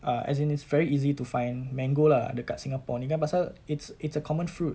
err as in it's very easy to find mango lah dekat singapore ini kan pasal it's it's a common fruit